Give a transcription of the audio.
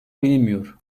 bilinmiyor